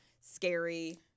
scary